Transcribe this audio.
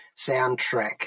soundtrack